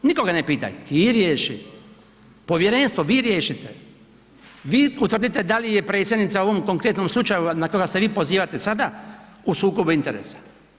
Nikoga ne pitaj, ti riješi, povjerenstvo vi riješite, vi utvrdite da li je predsjednica u ovom konkretnom slučaju na koga se pozivate sada u sukobu interesa.